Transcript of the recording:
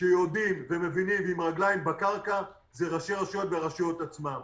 שיודעים ומבינים ועם רגליים על הקרקע הם ראשי רשויות והרשויות עצמן.